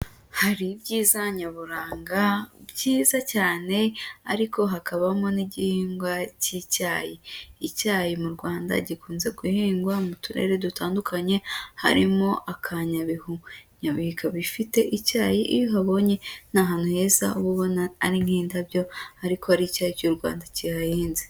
Hari ibyiza nyaburanga byiza cyane, ariko hakabamo n'igihingwa cy'icyayi, icyayi mu Rwanda gikunze guhingwa mu turere dutandukanye harimo aka Nyabihu. Nyabihu ikaba ifite icyayi iyo uhabonye ni ahantu heza uba ubona ari nk'indabyo, ariko ari icyayi cy'u Rwanda kihahinze.